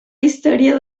història